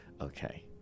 okay